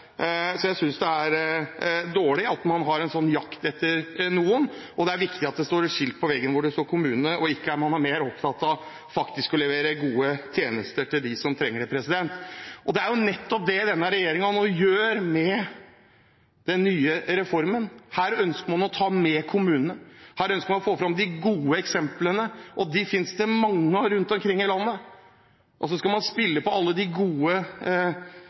så jeg synes det er dårlig at det er en slik jakt etter noen, og at det er viktig at det er et skilt på veggen hvor det står kommune, og at man ikke skal være mer opptatt av faktisk å levere gode tjenester til dem som trenger det. Det er nettopp det denne regjeringen nå gjør med den nye reformen. Her ønsker man å ta med kommunene, her ønsker man å få fram de gode eksemplene, og dem finnes det mange av rundt omkring i landet. Og så skal man spille på alle de gode